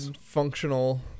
functional